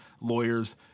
lawyers